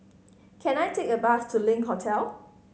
can I take a bus to Link Hotel